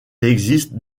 existe